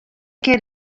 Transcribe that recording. kear